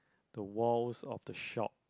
the walls of the shop